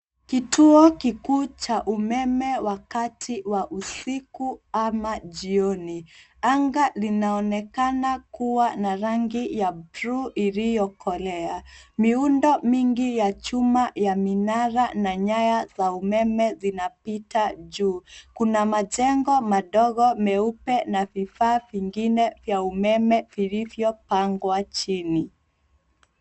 Kituo kikuu cha umeme wakati wa usiku ama jioni. Anga linaonekana kuwa na rangi ya blue iliyokolea. Miundo mingi ya chuma ya minara na nyaya za umeme zinapita juu. Kuna majengo madogo meupe na viaa vingine vya umeme vilivyopangwa chini.